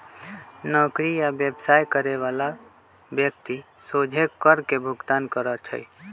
नौकरी आ व्यवसाय करे बला व्यक्ति सोझे कर के भुगतान करइ छै